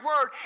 word